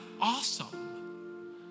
awesome